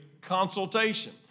consultation